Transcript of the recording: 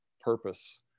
purpose